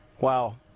Wow